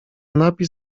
napis